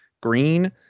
Green